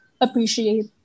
appreciate